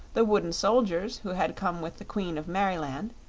the wooden soldiers who had come with the queen of merryland,